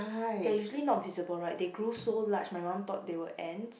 they are usually not visible right they grew so large my mum thought they were ants